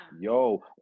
Yo